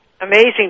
amazing